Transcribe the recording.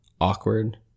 awkward